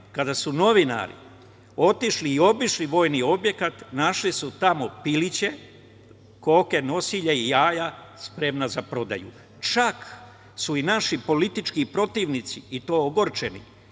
kada su novinari otišli i obišli vojni objekat, našli su tamo piliće, koke nosilje i jaja, spremna za prodaju, a čak su i naši politički protivnici i to ogorčeni